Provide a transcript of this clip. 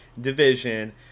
division